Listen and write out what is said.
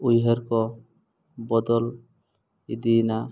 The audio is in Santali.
ᱩᱭᱦᱟᱨ ᱠᱚ ᱵᱚᱫᱚᱞ ᱤᱫᱤᱭᱮᱱᱟ